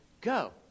go